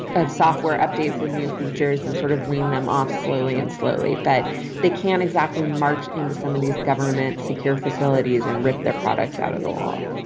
of software updates and new features and sort of wean them off slowly and slowly but they can't exactly march into some of these government secure facilities and rip their products out of the wall